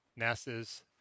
NASA's